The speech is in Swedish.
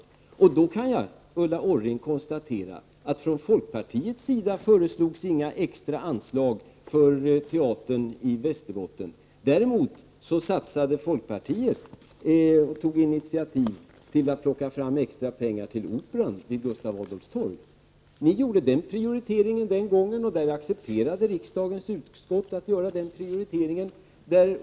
Då kan jag konstatera, Ulla Orring, att från folkpartiets sida föreslogs inga extra anslag för teatern i Västerbotten. Däremot tog folkpartiet initiativ för att locka fram extra pengar till Operan vid Gustaf Adolfs torg. Ni gjorde den prioriteringen den gången, och utskottet accepterade den prioriteringen.